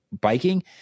biking